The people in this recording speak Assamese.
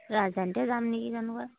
ৰাজধানীতে যাম নেকি জানো পাই